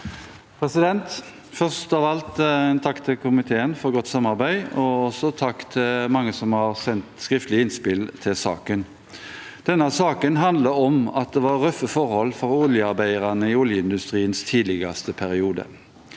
Først av alt en takk til komiteen for godt samarbeid og også takk til de mange som har sendt skriftlige innspill til saken. Denne saken handler om at det var røffe forhold for oljearbeiderne i oljeindustriens tidligste periode.